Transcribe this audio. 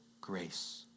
grace